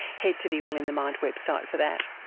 head to the all in the mind website for that.